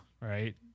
right